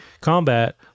combat